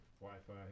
Wi-Fi